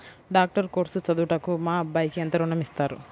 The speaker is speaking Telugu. డాక్టర్ కోర్స్ చదువుటకు మా అబ్బాయికి ఎంత ఋణం ఇస్తారు?